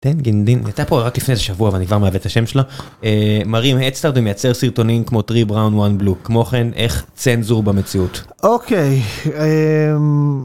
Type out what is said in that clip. תנגידים הייתה פה רק לפני שבוע ואני כבר מעוות את השם שלה מרים האדסטארט ומייצר סרטונים כמו טרי בראון וואן בלו כמו כן איך צנזור במציאות אוקיי.